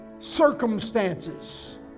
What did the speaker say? circumstances